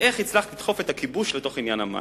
ואיך הצלחת לדחוף את הכיבוש לעניין המים?